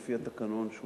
לפי התקנון,